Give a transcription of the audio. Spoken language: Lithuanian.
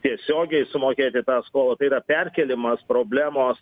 tiesiogiai sumokėti tą skolą tai yra perkėlimas problemos